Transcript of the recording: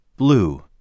Blue